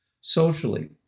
socially